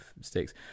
sticks